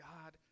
God